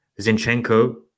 zinchenko